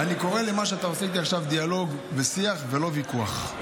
אני קורא למה שעשינו עכשיו דיאלוג ושיח ולא ויכוח,